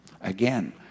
Again